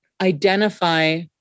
identify